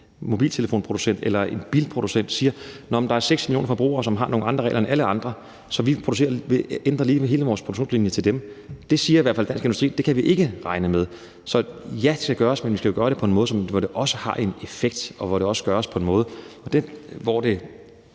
mobiltelefonproducent eller en bilproducent siger: Nå, men der er 6 millioner forbrugere, som har nogle andre regler end alle andre, så vi ændrer lige hele vores produktionslinje i forhold til dem? Det siger i hvert fald Dansk Industri at vi ikke kan regne med. Så ja, det skal gøres, men vi skal jo gøre det på en måde, så det også har en effekt, og også gøres på en måde, så det